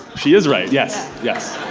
she is right, yes, yes.